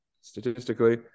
statistically